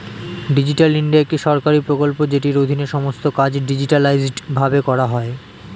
digital India একটি সরকারি প্রকল্প যেটির অধীনে সমস্ত কাজ ডিজিটালাইসড ভাবে করা হয়